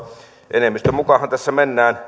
enemmistön mukaanhan tässä mennään